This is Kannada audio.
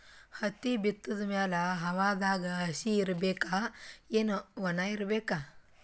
ಹತ್ತಿ ಬಿತ್ತದ ಮ್ಯಾಲ ಹವಾದಾಗ ಹಸಿ ಇರಬೇಕಾ, ಏನ್ ಒಣಇರಬೇಕ?